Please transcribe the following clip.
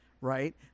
right